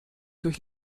durch